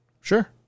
Sure